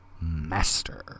master